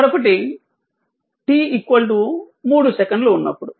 మరొకటి t 3 సెకన్లు ఉన్నప్పుడు